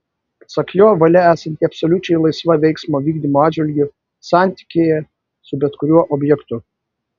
pasak jo valia esanti absoliučiai laisva veiksmo vykdymo atžvilgiu santykyje su bet kuriuo objektu